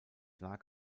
lag